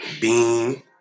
bean